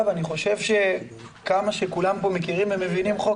ואני חושב שכמה שכולם פה מבינים ומכירים חוק,